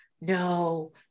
no